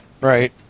right